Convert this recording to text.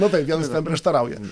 nu tai vienas kitam prieštarauja